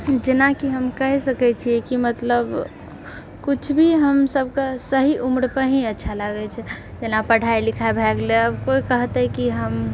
जेनाकि हम कहि सकैत छिऐ कि मतलब किछु भी हमसब कऽ सही उम्र पर ही अच्छा लागैत छै जेना पढ़ाइ लिखाइ भए गेलै आब कोइ कहतै कि हम